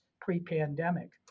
pre-pandemic